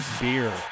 beer